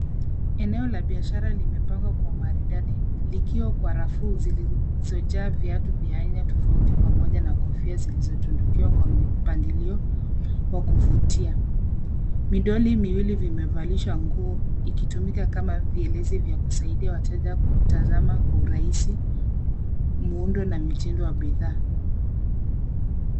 Eneo la biashara limepangwa kwa umaridadi, likiwa kwa rafu zilizojaa viatu vya aina tofauti pamoja na kofia zilizotundukiwa kwa mipangilio wa kuvutia. Midoli miwili vimevalishwa nguo ikitumika kama vielezi vya kusaidia wateja kutazama kwa urahisi muundo na mitindo wa bidhaa.